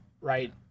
right